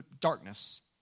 darkness